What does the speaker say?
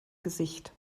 gesicht